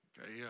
okay